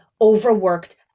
overworked